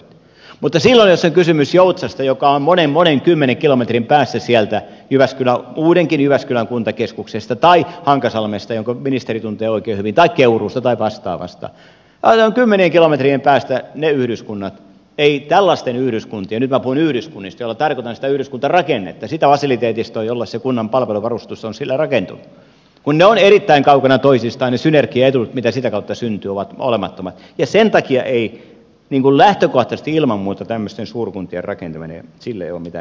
mutta silloin jos on kysymys joutsasta joka on monen monen kymmenen kilometrin päässä sieltä uudenkin jyväskylän kuntakeskuksesta tai hankasalmesta jonka ministeri tuntee oikein hyvin tai keuruusta tai vastaavasta kymmenien kilometrien päässä olevasta yhdyskunnasta nyt minä puhun yhdyskunnista joilla tarkoitan sitä yhdyskuntarakennetta sitä fasiliteetistoa jolle se kunnan palveluvarustus on rakentunut tällaisista erittäin kaukana toisistaan olevista yhdyskunnista niin kun ne synergiaedut mitä sitä kautta syntyy ovat olemattomat ei lähtökohtaisesti ilman muuta tämmöisten suurkuntien rakentamiselle ole mitään erityisiä perusteluita